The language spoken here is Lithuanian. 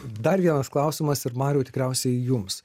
dar vienas klausimas ir mariau tikriausiai jums